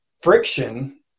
friction